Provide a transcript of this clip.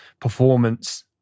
performance